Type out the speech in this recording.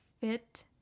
fit